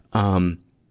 um,